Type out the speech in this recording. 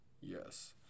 yes